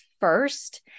first